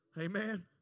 Amen